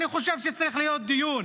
אני חושב שצריך להיות דיון